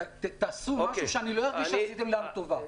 תעשו משהו שאני לא ארגיש שעשיתם לנו טובה.